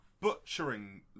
butchering